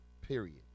period